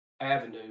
avenue